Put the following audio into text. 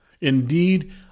Indeed